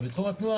וגם בתחום התנועה,